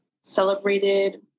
celebrated